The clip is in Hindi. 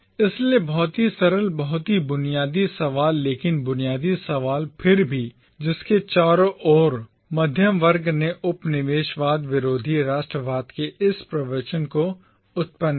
इसलिए बहुत ही सरल बहुत ही बुनियादी सवाल लेकिन बुनियादी सवाल फिर भी जिसके चारों ओर मध्य वर्ग ने उपनिवेशवाद विरोधी राष्ट्रवाद के इस प्रवचन को उत्पन्न किया